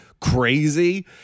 crazy